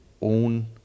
own